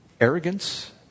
arrogance